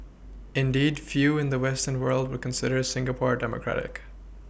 indeed few in the Western world would consider Singapore democratic